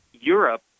Europe